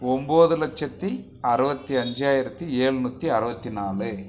ஒம்பது லட்சத்து அறுபத்தி அஞ்சாயிரத்து ஏழுநூத்தி அறுபத்தி நாலு